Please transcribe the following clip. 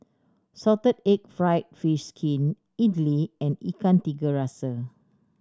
salted egg fried fish skin idly and Ikan Tiga Rasa